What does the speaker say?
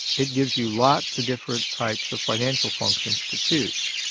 it gives you lots of different types of financial functions to choose.